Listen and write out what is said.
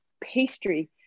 pastry